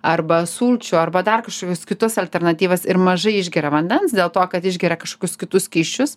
arba sulčių arba dar kažkokius kitus alternatyvas ir mažai išgeria vandens dėl to kad išgeria kažkokius kitus skysčius